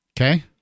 Okay